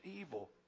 evil